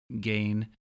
gain